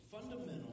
fundamental